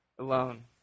alone